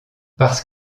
parce